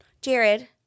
Jared